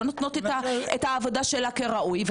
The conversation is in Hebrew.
לא נותנות את העבודה שלה כראוי,